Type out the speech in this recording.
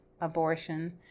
abortion